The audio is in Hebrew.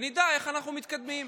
ונדע איך אנחנו מתקדמים.